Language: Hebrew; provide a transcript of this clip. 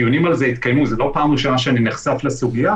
או, הנה התשובה שאני אוהב כל כך,